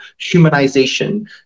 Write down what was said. humanization